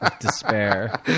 despair